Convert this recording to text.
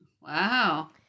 Wow